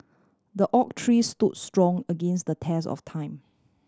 the oak tree stood strong against the test of time